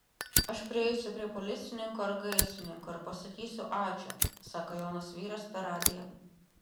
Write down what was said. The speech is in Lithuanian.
aš prieisiu prie policininko ar gaisrininko ir pasakysiu ačiū sako jaunas vyras per radiją